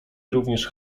również